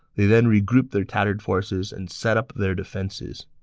they then regrouped their tattered forces and set up their defenses.